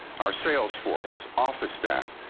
our sales force, office staff,